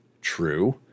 true